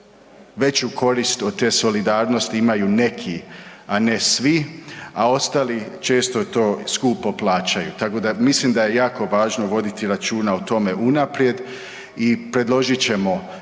veću korist od te solidarnosti imaju neki, a ne svi, a ostali često to skupo plaćaju, tako da mislim da je jako važno voditi računa o tome unaprijed i predložit ćemo